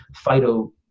Phyto